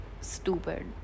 stupid